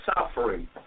suffering